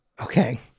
Okay